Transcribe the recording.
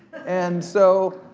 and so,